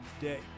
day